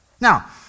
Now